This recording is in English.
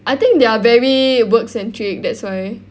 I think they're very work centric that's why